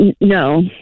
No